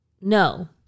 no